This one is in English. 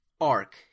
arc